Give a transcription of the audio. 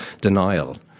denial